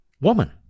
Woman